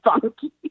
funky